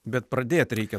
bet pradėt reikia